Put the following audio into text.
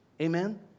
Amen